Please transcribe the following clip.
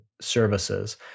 services